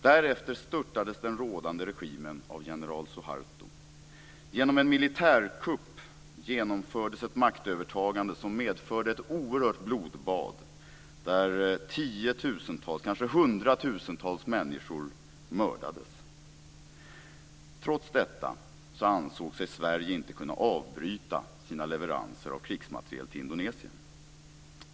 Därefter störtades den rådande regimen av general Suharto. Genom en militärkupp genomfördes ett maktövertagande som medförde ett oerhört blodbad där tiotusentals, kanske hundratusentals, människor mördades. Trots detta ansåg sig Sverige inte kunna avbryta sina leveranser av krigsmateriel till Indonesien.